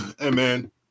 Amen